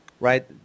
right